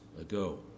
ago